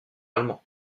allemand